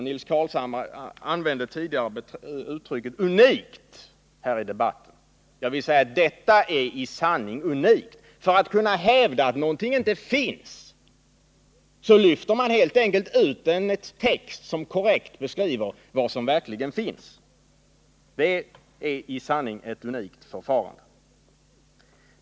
Nils Carlshamre använde tidigare här i debatten uttrycket unikt. Detta är i sanning unikt. För att kunna hävda att någonting inte finns lyfte man helt enkelt ut en text som korrekt beskriver vad som verkligen finns. Det är i sanning ett unikt förfarande.